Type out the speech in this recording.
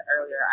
earlier